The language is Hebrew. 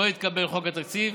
לא התקבל חוק התקציב,